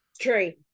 Tree